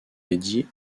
dédiées